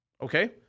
Okay